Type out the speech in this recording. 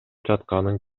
жатканын